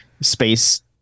space